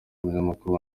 umunyamakuru